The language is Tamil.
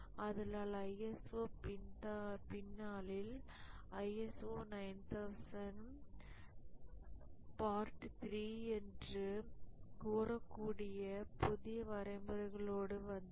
ஆதலால் ISO பின்னாளில் ISO 9000 part 3 என்று கூறக் கூடிய புதிய வரைமுறைகளோடு வந்தது